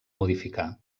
modificar